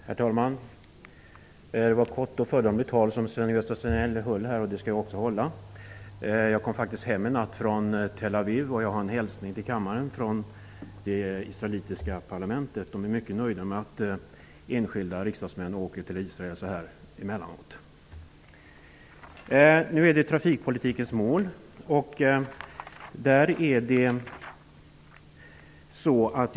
Herr talman! Sven-Gösta Signells anförande var föredömligt kort. Jag skall också fatta mig kort. Först vill jag bara säga att jag i natt kom tillbaka från Tel Aviv och att jag har med mig en hälsning till kammaren från det israelitiska parlamentet. Man är mycket nöjd med att enskilda riksdagsmän åker till Israel emellanåt. Nu gäller det emellertid trafikpolitikens mål.